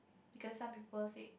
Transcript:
because some people say